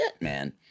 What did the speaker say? man